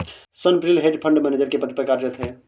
Swapnil hedge fund manager के पद पर कार्यरत है